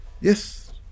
yes